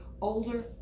older